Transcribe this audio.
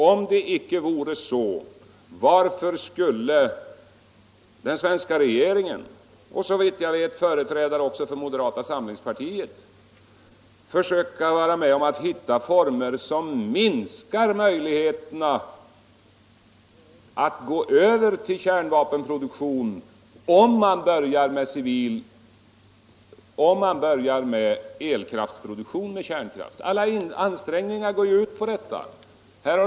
Om det icke vore så, varför skulle då den svenska regeringen och, såvitt jag vet, företrädare för moderata samlingspartiet vara med och försöka hitta former för att minska möjligheterna av en övergång till kärnvapenproduktion om man börjar med elkraftsproduktion med kärnkraft? Alla ansträngningar går ju ut på detta.